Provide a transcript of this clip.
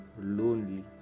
lonely